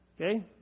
Okay